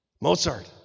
Mozart